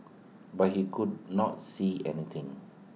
but he could not see anything